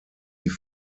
die